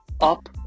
up